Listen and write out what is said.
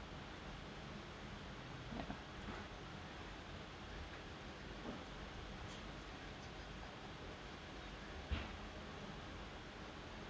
ya